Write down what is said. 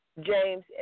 James